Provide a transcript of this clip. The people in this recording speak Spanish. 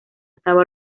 estaba